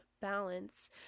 balance